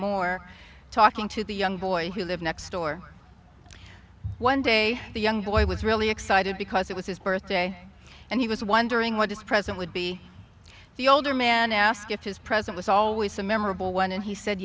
more talking to the young boy who lived next door one day the young boy was really excited because it was his birthday and he was wondering what this present would be the older man asked if his present was always a memorable one and he said